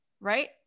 right